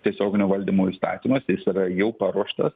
tiesioginio valdymo įstatymas jis yra jau paruoštas